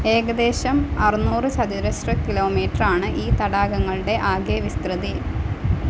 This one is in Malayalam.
ഏകദേശം അറുനൂറ് ചതുരശ്ര കിലോമീറ്റർ ആണ് ഈ തടാകങ്ങളുടെ ആകെ വിസ്തൃതി